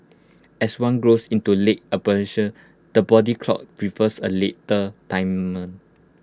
as one grows into late the body clock prefers A later time